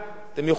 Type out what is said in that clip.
עשו זאת אחרים,